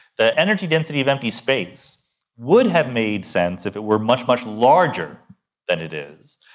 the energy density of empty space would have made sense if it were much, much larger than it is.